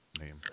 name